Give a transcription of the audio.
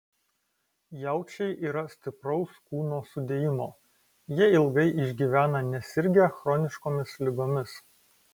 jaučiai yra stipraus kūno sudėjimo jie ilgai išgyvena nesirgę chroniškomis ligomis